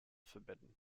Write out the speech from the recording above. forbidden